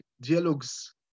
dialogues